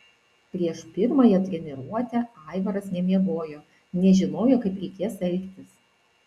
prieš pirmąją treniruotę aivaras nemiegojo nežinojo kaip reikės elgtis